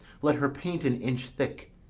let her paint an inch thick,